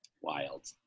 Wild